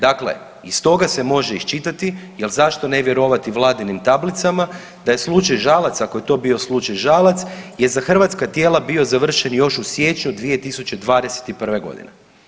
Dakle, iz toga se može iščitati jer zašto ne vjerovati vladinim tablicama da je slučaj Žalac, ako je to bio slučaj Žalac je za hrvatska tijela bio završen još u siječnju 2021. godine.